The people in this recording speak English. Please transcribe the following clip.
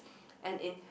and in